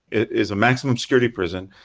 it is a maximum security prison.